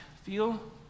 feel